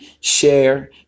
share